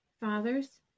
Fathers